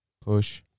Push